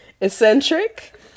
eccentric